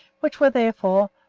which were, therefore,